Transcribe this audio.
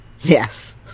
Yes